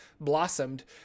blossomed